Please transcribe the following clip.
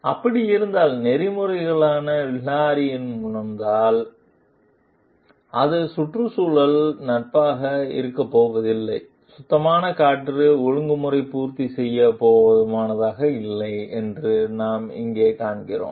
எனவே அப்படி இருந்தால் நெறிமுறையாக ஹிலாரி உணர்ந்தால் அது சுற்றுச்சூழல் நட்பாக இருக்கப்போவதில்லை சுத்தமான காற்று ஒழுங்குமுறையை பூர்த்தி செய்ய போதுமானதாக இல்லை என்று நாம் இங்கு காண்கிறோம்